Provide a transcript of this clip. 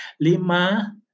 Lima